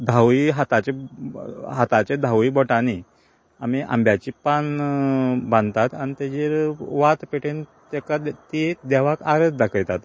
धावूय हाताची हाताच्या धावूय बोटांनी आमी आंब्यांचें पान बांदतात आनी तेजेर वात पेटोवन तेका ती देवाक आरत दाखयतात